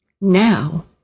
now